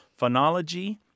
phonology